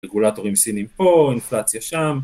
רגולטורים סינים פה, אינפלציה שם